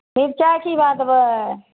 मिरचाइ की भाव देबय